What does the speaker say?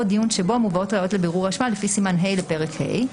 דיון שבו מובאות ראיות לבירור האשמה לפי סימן ה' לפרק ה'.